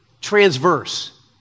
Transverse